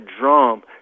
drum